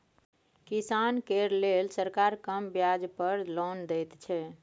किसान केर लेल सरकार कम ब्याज पर लोन दैत छै